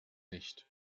nicht